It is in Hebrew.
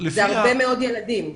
זה הרבה מאוד ילדים.